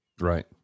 Right